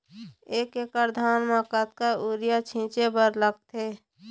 एक एकड़ धान म कतका यूरिया छींचे बर लगथे?